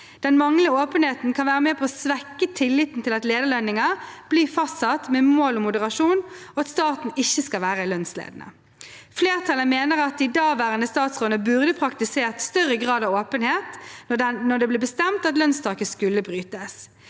Den manglende åpenheten kan være med på å svekke tilliten til at lederlønninger blir fastsatt med mål om moderasjon, og at staten ikke skal være lønnsledende. Flertallet mener at de daværende statsrådene burde praktisert større grad av åpenhet da det ble bestemt at lønnstaket skulle brytes.